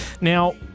Now